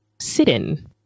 sit-in